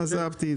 עזבתי.